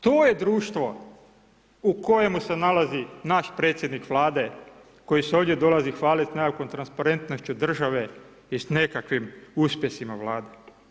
To je društvo u kojemu se nalazi naš predsjednik Vlade koji se ovdje dolazi hvalit sa nekakvom transparentnošću države i s nekakvim uspjesima Vlade.